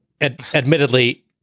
Admittedly